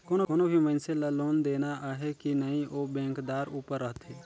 कोनो भी मइनसे ल लोन देना अहे कि नई ओ बेंकदार उपर रहथे